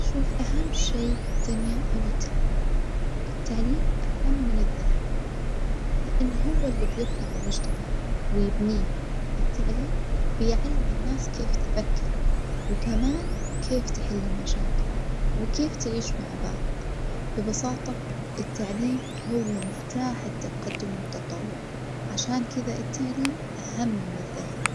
شوف أهم شي في الدنيا هو التعليم، التعليم أهم من الذهب لإن هو البيرفع المجتمع ويبنيه, التعليم بيعلم الناس كيف تفكر وكمان كيف تحل المشاكل، كيف تعيش مع بعض، ببساطة التعليم هو مفتاح التطور والتقدم عشان كدة التعليم أهم من الذهب.